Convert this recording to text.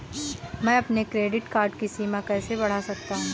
मैं अपने credit card की सीमा कैसे बढ़ा सकता हूँ?